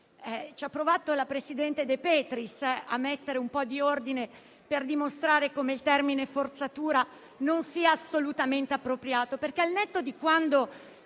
infatti, la presidente De Petris ha provato a mettere un po' di ordine per dimostrare come il termine «forzatura» non sia assolutamente appropriato, perché al netto di quando